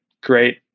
great